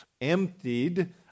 emptied